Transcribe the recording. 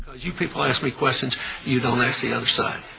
g frivolously questions utilising oversight